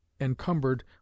encumbered